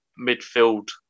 midfield